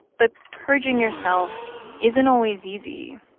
but purging yourself isn't always easy,